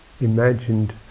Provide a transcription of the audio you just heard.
imagined